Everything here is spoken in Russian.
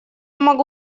могу